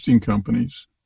companies